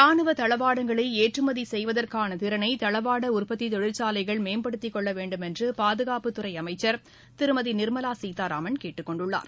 ரானுவ தளவாடங்களை ஏற்றுமதி செய்வதற்கான திறனை தளவாட உற்பத்தித் தொழிற்சாலைகள் மேம்படுத்திக் கொள்ள வேண்டும் என்று பாதுகாப்புத்துறை அமைச்சர் திருமதி நிர்மலா சீதாராமன் கேட்டுக் கொண்டுள்ளார்